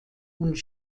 und